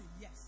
yes